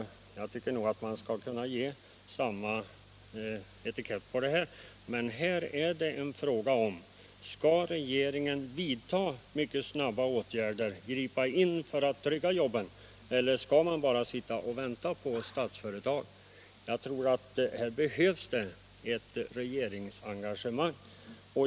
Jag tycker att man nu kan sätta samma etikett på läget i Holmsund. Och nu är frågan om regeringen skall gripa in och vidta snabba åtgärder för att trygga jobben, eller om man bara skall sitta och vänta på Statsföretag. Här behövs det ett regeringsengagemang!